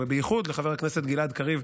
ובייחוד לחבר הכנסת גלעד קריב,